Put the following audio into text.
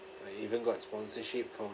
I even got sponsorship from